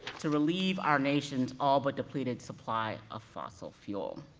to relieve our nation's all but depleted supply of fossil fuel.